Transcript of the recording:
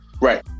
Right